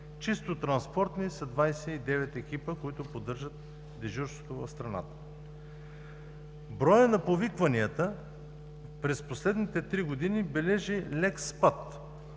Чисто транспортни са 29 екипа, които поддържат дежурството в страната. Броят на повикванията през последните три години бележи лек спад.